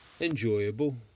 enjoyable